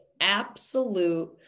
absolute